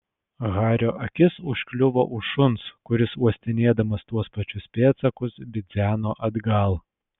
hario akis užkliuvo už šuns kuris uostinėdamas tuos pačius pėdsakus bidzeno atgal